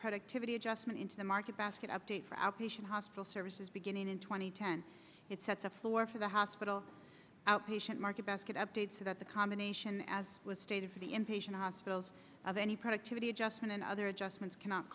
productivity adjustment into the market basket update for outpatient hospital services beginning in two thousand and ten it sets a floor for the hospital outpatient market basket updates about the combination as was stated for the inpatient hospitals of any productivity adjustment and other adjustments cannot